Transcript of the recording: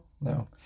No